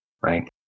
right